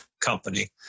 company